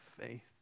faith